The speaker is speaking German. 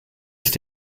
ist